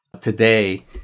Today